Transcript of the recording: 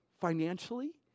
Financially